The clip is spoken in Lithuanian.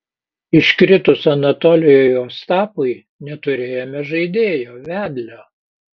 iškritus anatolijui ostapui neturėjome žaidėjo vedlio